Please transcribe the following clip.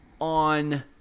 on